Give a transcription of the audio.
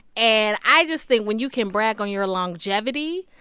and i just think when you can brag on your longevity,